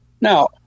Now